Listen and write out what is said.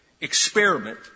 experiment